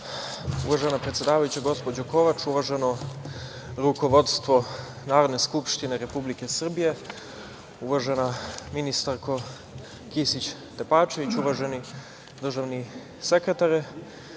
Kovač. Uvažena predsedavajuća, uvaženo rukovodstvo Narodne skupštine Republike Srbije, uvažena ministarko Kisić Tepavčević, uvaženi državni sekretare,